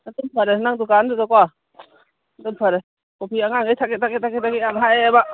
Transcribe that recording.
ꯑꯗꯨꯅ ꯐꯔꯦ ꯅꯪ ꯗꯨꯀꯥꯟꯗꯨꯗꯀꯣ ꯑꯗꯨꯅ ꯐꯔꯦ ꯀꯣꯐꯤ ꯑꯉꯥꯡꯒꯩꯅ ꯊꯛꯀꯦ ꯊꯀꯀꯦ ꯊꯛꯀꯦ ꯊꯛꯀꯦ ꯌꯥꯝ ꯍꯥꯏꯌꯦꯕ